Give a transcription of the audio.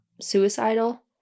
suicidal